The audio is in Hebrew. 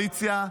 ומהקואליציה,